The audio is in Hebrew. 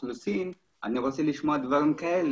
האוכלוסין עושה.